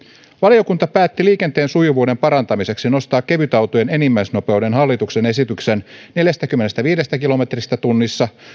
valiokunta päätti liikenteen sujuvuuden parantamiseksi nostaa kevytautojen enimmäisnopeuden hallituksen esityksen neljästäkymmenestäviidestä kilometristä tunnissa